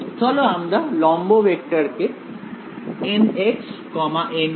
চলো আমরা লম্ব ভেক্টরকে nx ny 0 হিসেবে লিখি